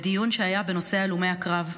בדיון שהיה בנושא הלומי הקרב,